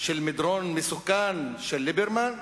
של מדרון מסוכן של ליברמן,